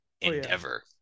endeavor